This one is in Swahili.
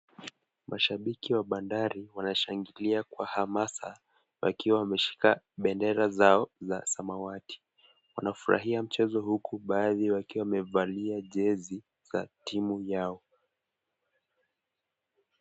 Mashambiki wa Bandari wanashangilia kwa hamasa wakiwa wameshika bendera zao za samawati. Wanafurahia mchezo huku baadhi wakiwa wamevalia jezi za timu yao.